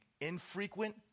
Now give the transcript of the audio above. infrequent